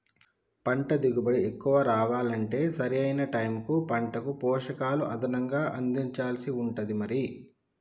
పంట దిగుబడి ఎక్కువ రావాలంటే సరి అయిన టైముకు పంటకు పోషకాలు అదనంగా అందించాల్సి ఉంటది మరి